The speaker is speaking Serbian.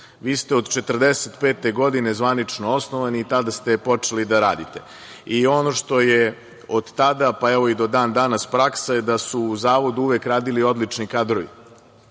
Vi ste od 1945. godine zvanično osnovani i tada ste počeli da radite i ono što je od tada, pa i do dan danas praksa, da su u zavodu uvek radili odlični kadrovi,